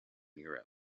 europe